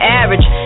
average